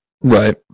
Right